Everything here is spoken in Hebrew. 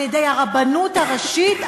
על-ידי הרבנות הראשית,